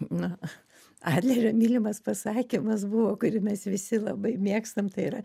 nu adlerio mylimas pasakymas buvo kurį mes visi labai mėgstam tai yra